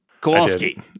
Kowalski